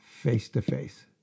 face-to-face